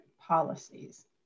policies